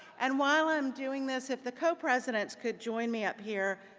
and while i'm doing this, if the co-presidents could join me up here,